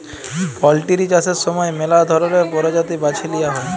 poultry চাষের সময় ম্যালা ধরলের পরজাতি বাছে লিঁয়া হ্যয়